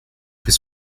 pris